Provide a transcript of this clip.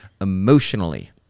emotionally